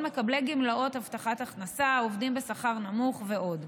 מקבלי גמלת הבטחת הכנסה, עובדים בשכר נמוך ועוד.